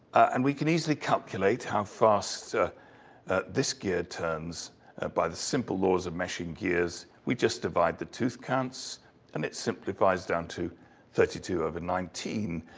and we can easily calculate how fast this gear turns by the simple laws of measuring gears. we just divide the tooth counts and it simplifies down to thirty two over nineteen.